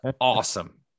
awesome